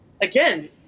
again